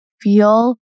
feel